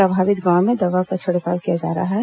प्रभावित गांव में दवा का छिड़काव किया जा रहा है